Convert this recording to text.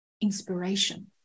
inspiration